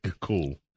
cool